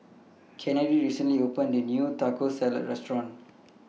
Kennedy recently opened A New Taco Salad Restaurant